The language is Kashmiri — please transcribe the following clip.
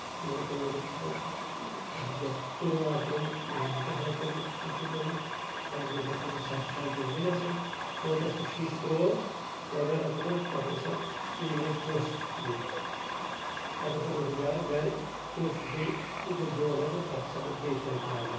مَگر تِمو دوٚپ ژٕ ہسا چھُے اَتھ تُرُن آب ترٛومُت گرٕے چھُ کیاہ تام کوٚرمُت ہُہ چھُ کوٚرمُت بہٕ حظ گوس نہٕ اَمہِ خٲطرٕ سیٹٕسفاے کیٚنٛہہ تِمو تَتھ سُہ شیٖشہٕ ترٛاوو وغیرہ ترٛاوو تَتھ اوس سُہ پیٚیہِ مےٚ پونسہٕ دِنۍ پَتہٕ ہسا گوس گرٕ گرِ چھُ اوس أکِس دۄن رٮ۪تن تَتھ ٲسۍ بیٚیہِ سۄے پرابلِم